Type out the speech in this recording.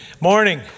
morning